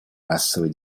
расовой